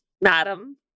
madam